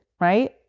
right